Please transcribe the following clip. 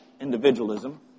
individualism